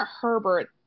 Herbert